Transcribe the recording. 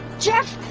geoff,